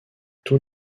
tous